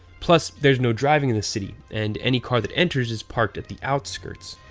plus, there's no driving in the city and any car that enters is parked at the outskirts.